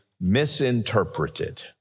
misinterpreted